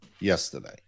yesterday